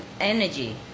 energy